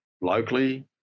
locally